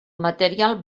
material